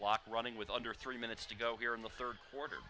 clock running with under three minutes to go here in the third quarter